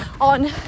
on